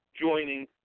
joining